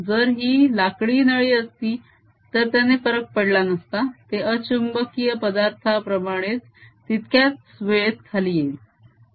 जर ही लाकडी नळी असती तर त्याने फरक पडला नसता ते अचूम्बकीय पदार्थाप्रमाणेच तितक्याच वेळेत खाली येईल